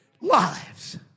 lives